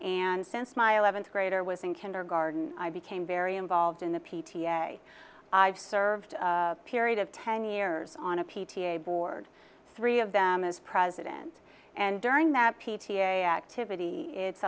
and since my eleventh grader was in kindergarten i became very involved in the p t a i've served a period of ten years on a p t a board three of them as president and during that p t a activity it's